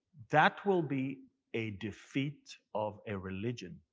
that will be a defeat of a religion.